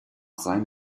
sein